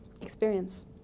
experience